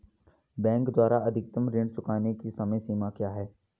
Bank द्वारा अधिकतम ऋण चुकाने की समय सीमा क्या है?